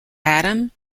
adam